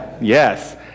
Yes